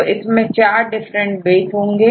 तो इसमें 4 different base होंगे